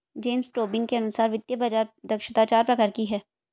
James Tobin के अनुसार वित्तीय बाज़ार दक्षता चार प्रकार की है